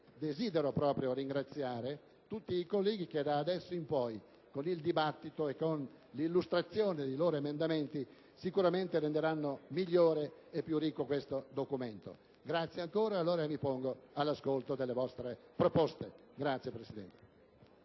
Desidero inoltre ringraziare tutti i colleghi che da adesso in poi, con il dibattito e con l'illustrazione dei loro emendamenti, sicuramente renderanno migliore e più ricco questo documento. Vi ringrazio ancora e mi pongo all'ascolto delle vostre proposte. *(Applausi